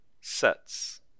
sets